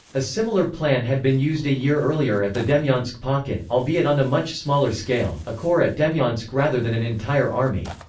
a similar plan had been used a year earlier at the demyansk pocket, albeit on a much smaller scale a corps at demyansk rather than an entire army.